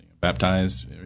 baptized